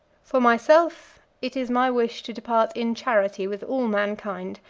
for myself, it is my wish to depart in charity with all mankind,